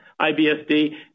IBSD